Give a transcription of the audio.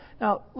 Now